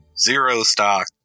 zero-stock